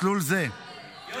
מסלול זה --- סליחה אדוני,